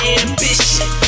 ambition